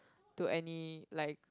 to any like